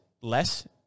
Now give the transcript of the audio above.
less